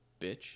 Bitch